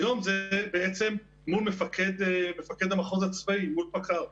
היום זה מול מפקד המחוז הצבאי, מול פקע"ר.